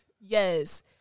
Yes